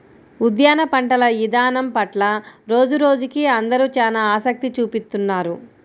ఉద్యాన పంటల ఇదానం పట్ల రోజురోజుకీ అందరూ చానా ఆసక్తి చూపిత్తున్నారు